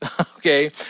okay